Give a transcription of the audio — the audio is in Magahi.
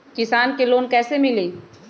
किसान के लोन कैसे मिली?